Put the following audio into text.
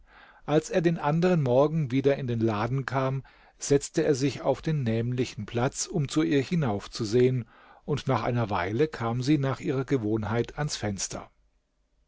als er den anderen morgen wieder in den laden kam setzte er sich auf den nämlichen platz um zu ihr hinauf zu sehen und nach einer weile kam sie nach ihrer gewohnheit ans fenster